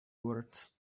words